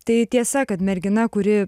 tai tiesa kad mergina kuri